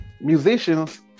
musicians